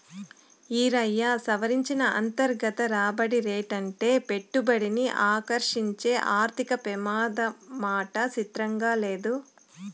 ఈరయ్యా, సవరించిన అంతర్గత రాబడి రేటంటే పెట్టుబడిని ఆకర్సించే ఆర్థిక పెమాదమాట సిత్రంగా లేదూ